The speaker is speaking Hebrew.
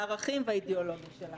הערכים והאידיאולוגיה שלה.